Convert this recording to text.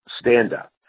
stand-up